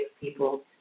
people